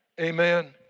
Amen